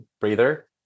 breather